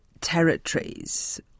territories